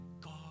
God